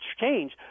change